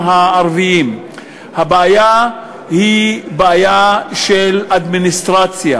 הערביים הבעיה היא בעיה של אדמיניסטרציה,